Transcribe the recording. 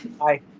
Hi